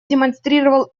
демонстрировал